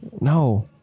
No